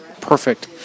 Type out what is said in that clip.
Perfect